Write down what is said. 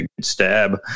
stab